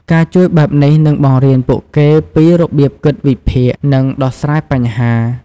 ការជួយបែបនេះនឹងបង្រៀនពួកគេពីរបៀបគិតវិភាគ និងដោះស្រាយបញ្ហា។